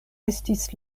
estis